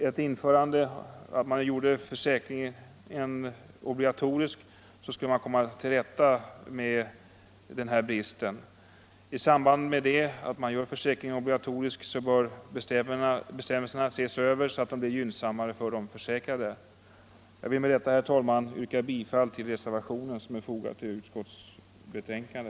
Om försäkringen gjordes obligatorisk skulle man komma till rätta med den bristen, och i samband med det bör bestämmelserna ses över så att de blir mer gynnsamma för de försäkrade. Jag vill med detta, herr talman, yrka bifall till den reservation som är fogad till utskottets betänkande.